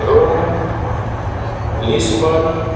Rome Lisbon